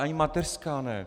Ani mateřská ne.